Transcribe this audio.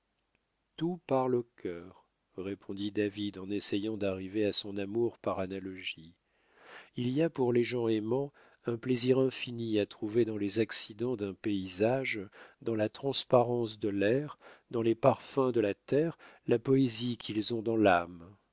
tout parle au cœur répondit david en essayant d'arriver à son amour par analogie il y a pour les gens aimants un plaisir infini à trouver dans les accidents d'un paysage dans la transparence de l'air dans les parfums de la terre la poésie qu'ils ont dans l'âme